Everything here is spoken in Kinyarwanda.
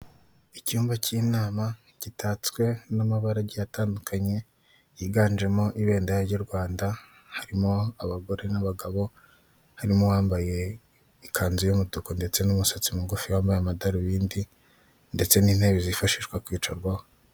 Icyumba cy'inama gitatswe n'amabara atandukanye yiganjemo ibendera ry'u Rwanda harimo abagore n'abagabo, harimo uwambaye ikanzu y'umutuku ndetse n'umusatsi mugufi wambaye amadarubindi ndetse n'intebe zifashishwa kwicarwaho.